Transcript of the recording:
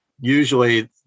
usually